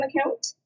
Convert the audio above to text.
account